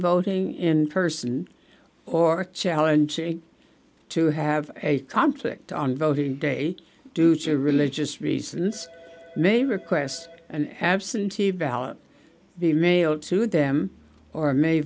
voting in person or challenging to have a conflict on voting day due to religious reasons may request an absentee ballot be mailed to them or may